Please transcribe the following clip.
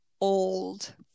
old